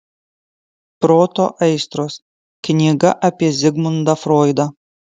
proto aistros knyga apie zigmundą froidą